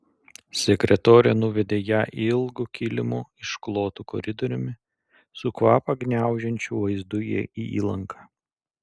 sekretorė nuvedė ją ilgu kilimu išklotu koridoriumi su kvapą gniaužiančiu vaizdu į įlanką